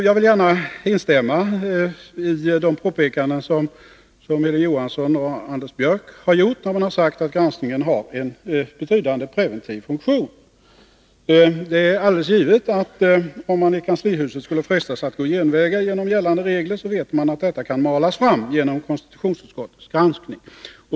Jag vill gärna instämma i påpekandena som Hilding Johansson och Anders Björck gör, när de säger att granskningen har en betydande preventiv funktion. Det är alldeles givet, att om man i kanslihuset skulle frestas att gå genvägar genom gällande regler, så vet man att detta kan malas fram genom utskottets granskning.